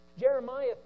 Jeremiah